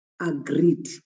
agreed